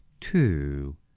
two